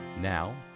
Now